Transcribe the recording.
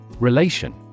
Relation